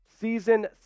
season